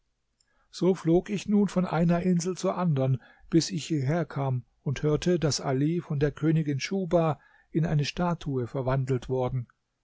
so flog ich nun von einer insel zur andern bis ich hierher kam und hörte daß ali von der königin schuhba in eine statue verwandelt worden